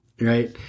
right